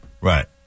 Right